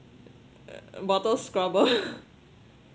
bottle scrubber